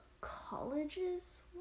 colleges